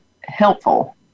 helpful